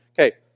Okay